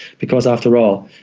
because, after all,